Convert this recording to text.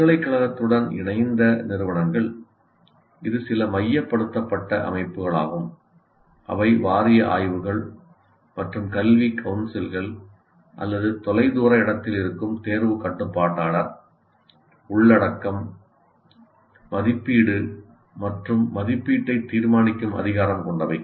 பல்கலைக்கழகத்துடன் இணைந்த நிறுவனங்கள் இது சில மையப்படுத்தப்பட்ட அமைப்புகளாகும் அவை வாரிய ஆய்வுகள் மற்றும் கல்வி கவுன்சில்கள் அல்லது தொலைதூர இடத்தில் இருக்கும் தேர்வுக் கட்டுப்பாட்டாளர் உள்ளடக்கம் மதிப்பீடு மற்றும் மதிப்பீட்டை தீர்மானிக்கும் அதிகாரம் கொண்டவை